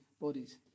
bodies